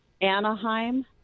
Anaheim